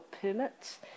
permits